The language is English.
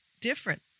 different